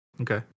Okay